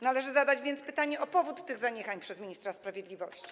Należy zadać więc pytanie o powód tych zaniechań ze strony ministra sprawiedliwości.